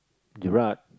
Gerrard